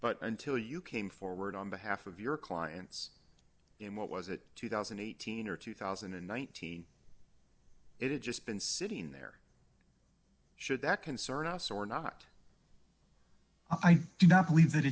but until you came forward on behalf of your clients in what was it two thousand and eighteen or two thousand and ninety it had just been sitting there should that concern us or not i do not believe that